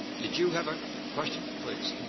did you have a question? please.